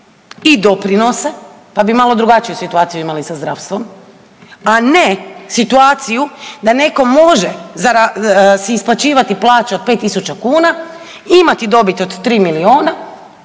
i doprinose, pa bi malo drugačiju situaciju imali sa zdravstvom, a ne situaciju da netko može si isplaćivati plaće od 5.000 kuna i imat dobit od 3 milijuna,